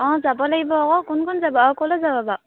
অঁ যাব লাগিব আকৌ কোন কোন যাব আৰু ক'লৈ যাব বাৰু